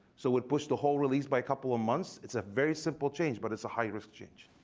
so it pushed the whole release by couple of months. it's a very simple change but it's a high-risk change.